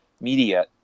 media